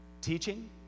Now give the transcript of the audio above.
Teaching